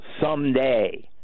someday